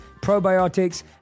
probiotics